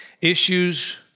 Issues